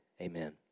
amen